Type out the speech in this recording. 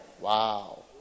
Wow